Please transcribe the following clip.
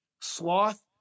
Sloth